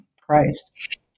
christ